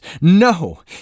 No